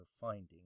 finding